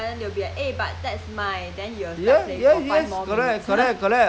okay once somebody try to fight try to get the toy then they will feel that eh